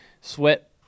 sweat